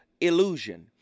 illusion